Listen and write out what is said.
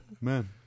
man